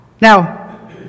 Now